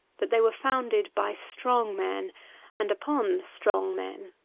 that they were founded by strong men and upon strong men.